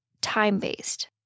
Time-Based